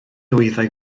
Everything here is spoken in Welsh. wyddai